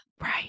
Right